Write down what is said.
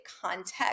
context